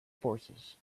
forces